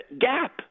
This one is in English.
gap